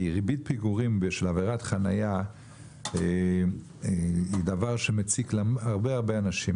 ריבית פיגורים של עבירת חניה היא דבר שמציק להרבה הרבה אנשים.